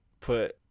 put